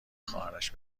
خواهرش